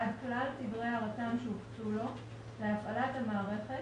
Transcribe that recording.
בעד כלל תדרי הרט"ן שהוקצו לו להפעלת המערכת